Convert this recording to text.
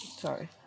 sorry